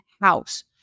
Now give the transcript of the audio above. house